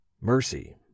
Mercy